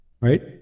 right